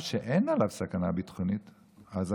כך